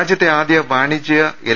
രാജ്യത്തെ ആദ്യ വാണിജ്യ എൽ